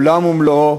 עולם ומלואו